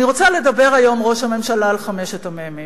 אני רוצה לדבר היום, ראש הממשלה, על חמשת המ"מים.